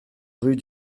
rue